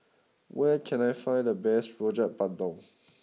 where can I find the best Rojak Bandung